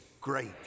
great